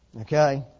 Okay